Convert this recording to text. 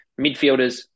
Midfielders